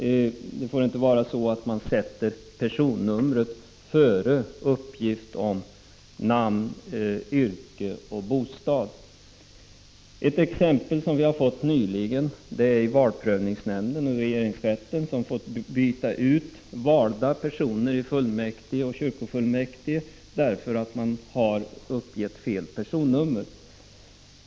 Det får inte vara så att man sätter personnumret före uppgift om namn, yrke och bostad. När det gäller personnumren fick vi nyligen ett exempel i valprövningsnämnden och regeringsrätten, som fått byta ut valda personer i fullmäktige och kyrkofullmäktige därför att de hade uppgett fel personnummer.